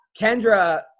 Kendra